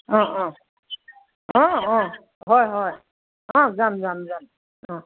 অঁ অঁ অঁ অঁ হয় হয় অঁ যাম যাম যাম